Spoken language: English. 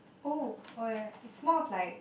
oh oh ya it's more of like